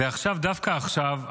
דווקא עכשיו,